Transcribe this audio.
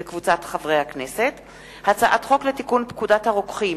בבקשה, גברתי.